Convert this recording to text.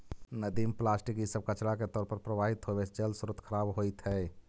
नदि में प्लास्टिक इ सब कचड़ा के तौर पर प्रवाहित होवे से जलस्रोत खराब होइत हई